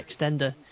extender